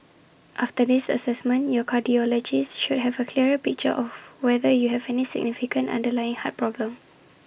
after this Assessment your cardiologist should have A clearer picture of whether you have any significant underlying heart problem